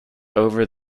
over